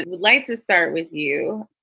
let's start with you.